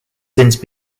since